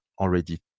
already